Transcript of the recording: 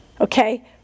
Okay